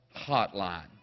Hotline